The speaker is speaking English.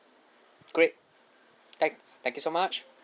great thank thank you so much